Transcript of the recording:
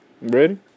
Ready